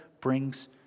brings